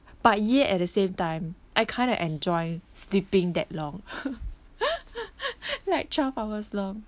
but yet at the same time I kind of enjoy sleeping that long like twelve hours long